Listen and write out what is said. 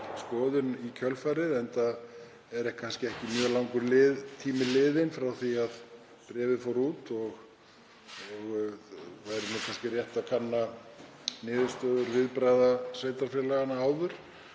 skoðun í kjölfarið, enda er ekki mjög langur tími liðinn frá því að bréfið fór út og kannski rétt að kanna niðurstöður og viðbrögð sveitarfélaganna áður.